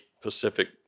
Pacific